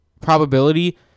probability